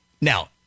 Now